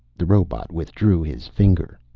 the robot withdrew his finger.